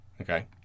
Okay